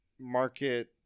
market